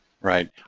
Right